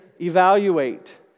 evaluate